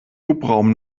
hubraum